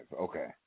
Okay